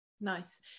nice